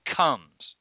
comes